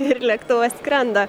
ir lėktuvas skrenda